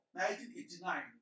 1989